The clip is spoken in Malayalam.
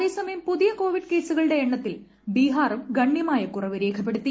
അതേസമയം പുതിയ കോവിഡ് കേസുകളുടെ എണ്ണത്തിൽ ബിഹാറും ഗണ്യമായ കുറവ് രേഖപ്പെടുത്തി